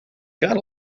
got